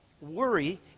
worry